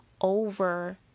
over